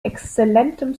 exzellentem